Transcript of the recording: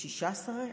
שישה שרים?